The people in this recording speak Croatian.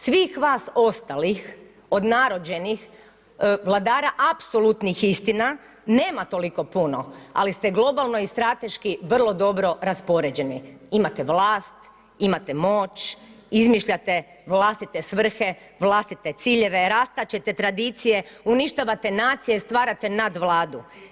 Svih vas ostalih od narođenih, vladara apsolutnih istina, nema toliko puno, ali ste globalno i strateški vrlo dobro raspoređeni, imate vlast, imate moć izmišljate vlastite svrhe, vlastite ciljeve, rastati ćete tradicije, uništavate nacije stvarate nad vladu.